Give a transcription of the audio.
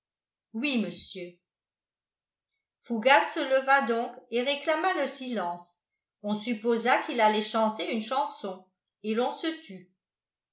oui monsieur fougas se leva donc et réclama le silence on supposa qu'il allait chanter une chanson et l'on se tut